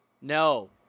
no